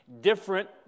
different